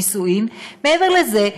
נישואים מעבר לזה,